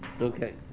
Okay